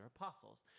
apostles